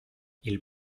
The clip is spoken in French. ils